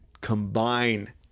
combine